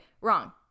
wrong